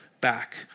back